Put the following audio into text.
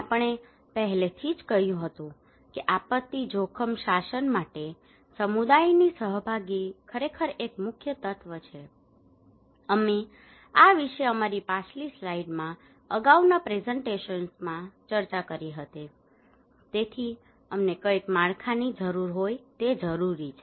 આપણે પહેલેથી જ કહ્યું હતું કે આપત્તિ જોખમ શાસન માટે સમુદાયની સહભાગી ખરેખર એક મુખ્ય તત્વ છે અમે આ વિશે અમારી પાછલી સ્લાઇડ્સમાં અગાઉના પ્રેઝન્ટેશનમાં ચર્ચા કરી હતી તેથી અમને કંઈક માળખાની જરૂર હોય તે જરૂરી છે